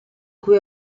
cui